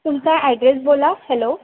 तुमचा ॲड्रेस बोला हॅलो